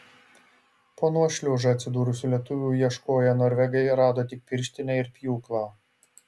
po nuošliauža atsidūrusių lietuvių ieškoję norvegai rado tik pirštinę ir pjūklą